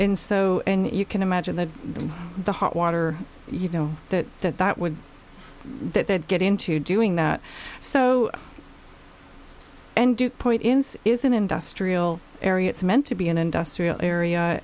and so you can imagine that the hot water you know that that that would that get into doing that so and dewpoint ins is an industrial area it's meant to be an industrial area